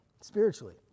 spiritually